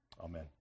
Amen